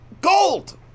Gold